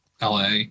LA